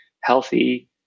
healthy